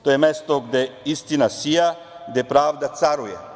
To je mesto gde istina sija, gde pravda caruje"